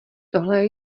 tohle